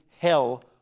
hell